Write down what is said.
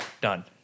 done